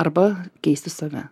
arba keisti save